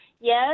Yes